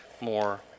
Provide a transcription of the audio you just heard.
more